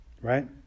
right